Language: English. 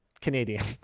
Canadian